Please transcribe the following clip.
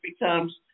becomes